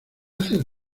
haces